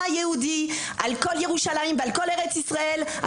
היהודי על כל ירושלים ועל כל ארץ ישראל,